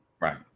right